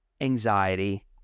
anxiety